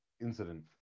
incident